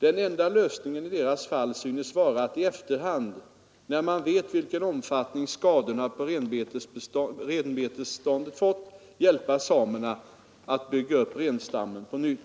Den enda lösningen i deras fall synes vara att i efterhand — när man vet vilken omfattning skadorna på renbeståndet fått — hjälpa samerna att bygga upp renstammen på nytt.